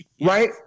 Right